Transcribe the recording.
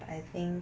I think